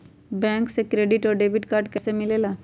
Bank से credit और debit card कैसी मिलेला?